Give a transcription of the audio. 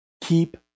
keep